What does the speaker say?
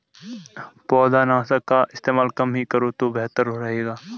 पौधनाशक का इस्तेमाल कम ही करो तो बेहतर रहेगा